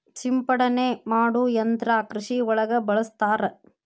ಸಿಂಪಡನೆ ಮಾಡು ಯಂತ್ರಾ ಕೃಷಿ ಒಳಗ ಬಳಸ್ತಾರ